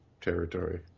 territory